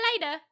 later